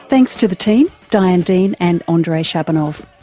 thanks to the team diane dean and ah andrei shabonov,